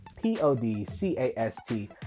p-o-d-c-a-s-t